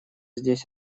здесь